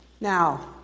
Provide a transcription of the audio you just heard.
Now